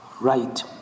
right